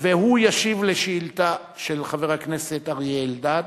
והוא ישיב על שאילתא של חבר הכנסת אריה אלדד